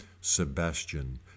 Sebastian